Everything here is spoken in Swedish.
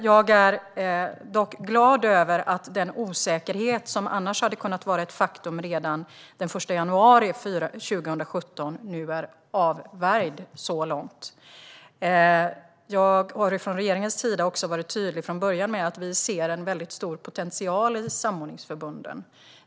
Jag är dock glad över att den osäkerhet som annars hade kunnat vara ett faktum redan den 1 januari 2017 så här långt är avvärjd. Jag har från regeringens sida också från början varit tydlig med att vi ser en stor potential i samordningsförbunden.